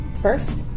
first